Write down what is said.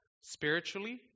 spiritually